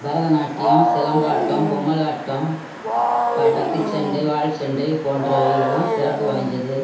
பாரதநாட்டியாம் சிலம்பாட்டம் பொம்மலாட்டம் க கத்திச்சண்டை வாழ்ச்சண்டை போன்றவைகள்லாம் சிறப்பு வாய்ந்தது